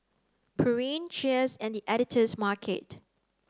Pureen Cheers and the Editor's Market